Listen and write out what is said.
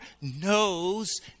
knows